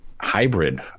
hybrid